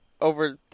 over